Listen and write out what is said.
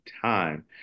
time